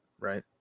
Right